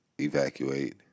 evacuate